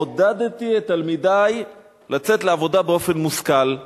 עודדתי את תלמידי לצאת לעבודה באופן מושכל,